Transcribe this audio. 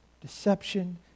deception